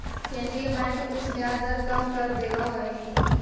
केन्द्रीय बैंक कुछ ब्याज दर कम कर देवऽ हइ